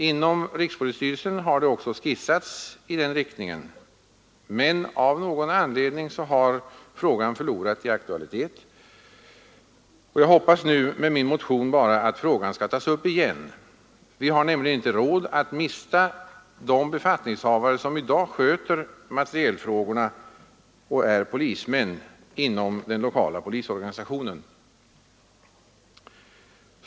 Inom rikspolisstyrelsen har man också skissat i den riktningen, men av någon anledning har frågan förlorat i aktualitet. Jag hoppas nu med min motion bara att frågan skall tas upp igen. Vi har nämligen inte råd att mista de befattningshavare som är polismän och i dag sköter materielfrågorna inom den lokala polisorganisationen.